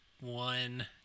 one